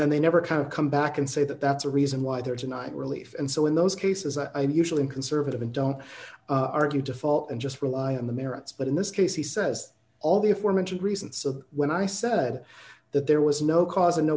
then they never come back and say that that's a reason why they're tonight relief and so in those cases i'm usually in conservative and don't argue default and just rely on the merits but in this case he says all the aforementioned reasons so when i said that there was no cause or no